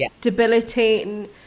debilitating